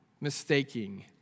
mistaking